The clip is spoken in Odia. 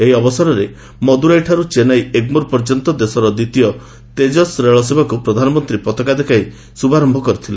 ଏହି ଅବସରରେ ମଦୁରାଇଠାରୁ ଚେନ୍ନାଇ ଏଗ୍ମୋର୍ ପର୍ଯ୍ୟନ୍ତ ଦେଶର ଦ୍ୱିତୀୟ ତେଜସ୍ ରେଳସେବାକୁ ପ୍ରଧାନମନ୍ତ୍ରୀ ପତାକା ଦେଖାଇ ଶୁଭାରର୍ୟ କରିଥିଲେ